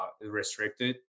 restricted